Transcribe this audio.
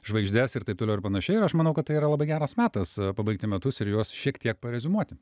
žvaigždes ir taip toliau ir panašiai ir aš manau kad tai yra labai geras metas pabaigti metus ir juos šiek tiek pareziumuoti